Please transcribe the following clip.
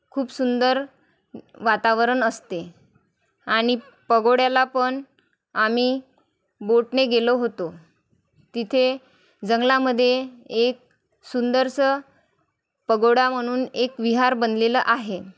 खूप सुंदर वातावरण असते आणि पगोड्याला पण आम्ही बोटने गेलो होतो तिथे जंगलामध्ये एक सुंदरसं पगोडा म्हणून एक विहार बनलेलं आहे